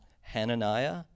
Hananiah